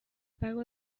pago